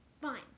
Fine